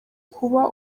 kuba